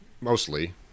mostly